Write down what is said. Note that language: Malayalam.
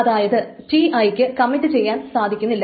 അതായത് Ti ക്ക് കമ്മിറ്റ് ചെയ്യാൻ സാധിക്കുന്നില്ല